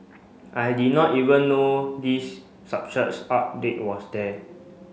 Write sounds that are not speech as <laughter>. I did not even know this <unintelligible> update was there